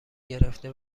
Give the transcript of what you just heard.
گرفته